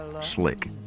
slick